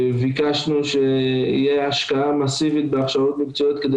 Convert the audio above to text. ביקשנו שתהיה השקעה מסיבית בהכשרות מקצועיות כדי